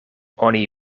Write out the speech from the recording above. oni